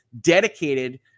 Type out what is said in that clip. dedicated